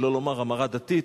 שלא לומר המרה דתית,